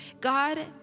god